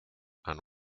and